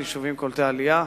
יישובים קולטי עלייה.